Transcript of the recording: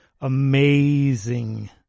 Amazing